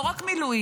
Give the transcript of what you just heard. לא רק מילואים,